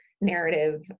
narrative